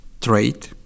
trade